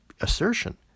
assertion